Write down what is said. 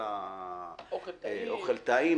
האוכל טעים,